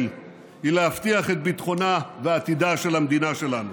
היא להבטיח את ביטחונה ועתידה של המדינה שלנו.